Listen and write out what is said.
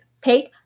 paid